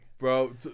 Bro